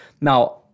Now